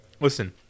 Listen